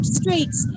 streets